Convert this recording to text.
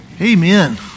Amen